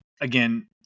Again